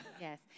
Yes